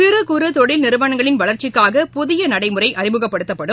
சிறு குறு தொழில் நிறுவனங்களின் வளர்ச்சிக்காக புதிய நடைமுறை அறிமுகப்படுத்தப்படும்